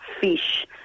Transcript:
fish